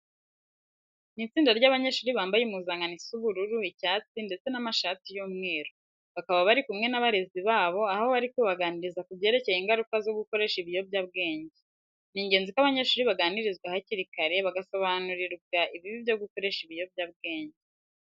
Ni itsinda ry'abanyeshuri bambaye impuzankano isa ubururu, icyatsi ndetse n'amashati y'umweru. Bakaba bari kumwe n'abarezi babo aho bari kubaganiriza ku byerekeye ingaruka zo gukoresha ibiyobyabwenge. Ni ingenzi ko abanyeshuri baganirizwa hakiri kare, bagasobanurirwa ibibi byo gukoresha ibiyobyabwenge.